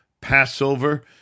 Passover